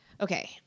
Okay